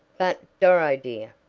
but, doro, dear,